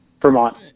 Vermont